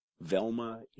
Velma